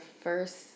first